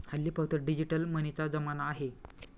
हल्ली फक्त डिजिटल मनीचा जमाना आहे